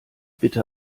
bitte